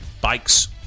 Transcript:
Bikes